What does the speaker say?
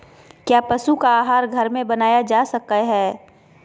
क्या पशु का आहार घर में बनाया जा सकय हैय?